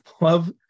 love